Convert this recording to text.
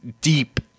deep